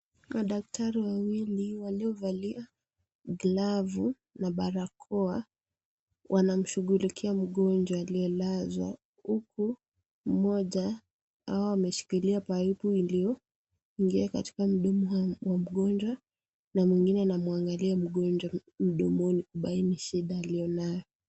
Madaktari wawili, waliovalia glavu na barakoa, wanamshughulikia mgonjwa aliyelazwa. Huku moja awe ameshikilia ameshikilia paipu iliyoingia mdomo mwa mgonjwa, na mwingine anamwangalia mgonjwa mdomoni, kubaini shida aliyonayo.